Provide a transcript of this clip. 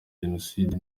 jenoside